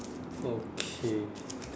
okay